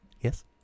Yes